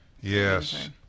Yes